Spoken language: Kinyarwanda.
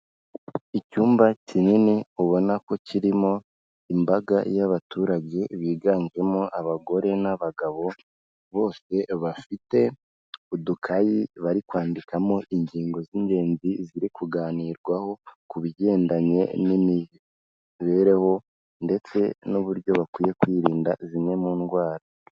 Icyumba kinini ubona ko kirimo imbaga y'abaturage biganjemo abagore n'abagabo, bose bafite udukayi bari kwandikamo ingingo z'ingenzi ziri kuganirwaho, ku bigendanye n'imibereho ndetse n'uburyo bakwiye kwirinda zimwe mu ndwara.